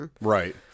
Right